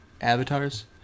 avatars